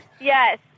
Yes